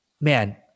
man